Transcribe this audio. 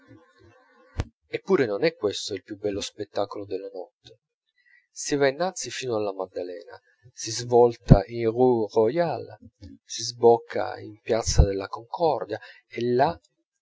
eppure non è questo il più bello spettacolo della notte si va innanzi fino alla maddalena si svolta in rue royale si sbocca in piazza della concordia e là